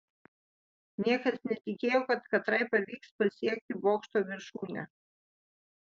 niekas netikėjo kad katrai pavyks pasiekti bokšto viršūnę